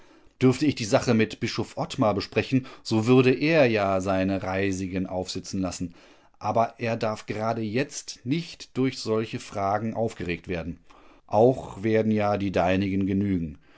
dürfte ich die sache mit bischof ottmar besprechen so würde er ja seine reisigen aufsitzen lassen aber er darf gerade jetzt nicht durch solche fragen aufgeregt werden auch werden ja die deinigen genügen